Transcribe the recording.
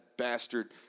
bastard